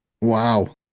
Wow